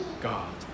God